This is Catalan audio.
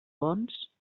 bons